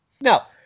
Now